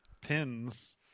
pins